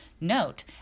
Note